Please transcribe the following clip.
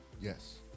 Yes